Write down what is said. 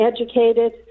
educated